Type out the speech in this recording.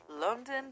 London